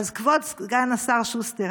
אז כבוד סגן השר שוסטר,